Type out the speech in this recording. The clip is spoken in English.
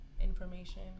Information